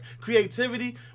creativity